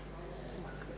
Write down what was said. Hvala.